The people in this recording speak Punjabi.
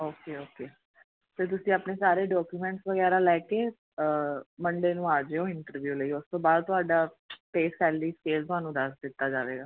ਓਕੇ ਓਕੇ ਅਤੇ ਤੁਸੀਂ ਆਪਣੇ ਸਾਰੇ ਡੋਕੂਮੈਂਟਸ ਵਗੈਰਾ ਲੈ ਕੇ ਮੰਡੇ ਨੂੰ ਆਜਿਓ ਇੰਟਰਵਿਊ ਲਈ ਉਸ ਤੋਂ ਬਾਅਦ ਤੁਹਾਡਾ ਪੇਅ ਸੈਲਰੀ ਸਕੇਲ ਤੁਹਾਨੂੰ ਦੱਸ ਦਿੱਤਾ ਜਾਵੇਗਾ